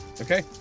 Okay